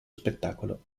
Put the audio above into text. spettacolo